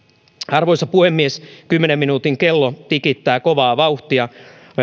arvoisa puhemies kymmenen minuutin kello tikittää kovaa vauhtia